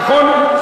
נכון?